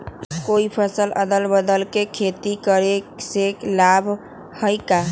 कोई फसल अदल बदल कर के खेती करे से लाभ है का?